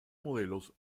modelos